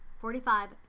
Forty-five